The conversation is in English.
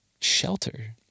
shelter